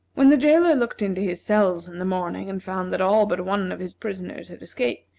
when the jailer looked into his cells in the morning, and found that all but one of his prisoners had escaped,